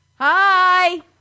Hi